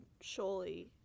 surely